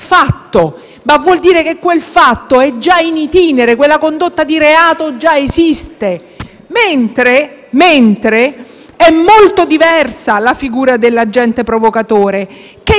ma vuol dire che quel fatto è già *in itinere*, che quella condotta di reato già esiste. Mentre è molto diversa la figura dell'agente provocatore,